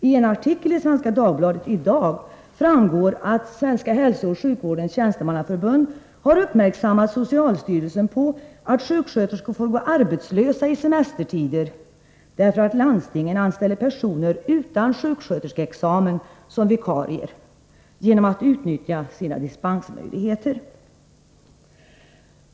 I en artikel i Svenska Dagbladet i dag framgår att Svenska hälsooch sjukvårdens tjänstemannaförbund har uppmärksammat socialstyrelsen på att sjuksköterskor får gå arbetslösa i semestertider, därför att landstingen genom att utnyttja sina dispensmöjligheter anställer personer utan sjuksköterskeexamen såsom vikarier.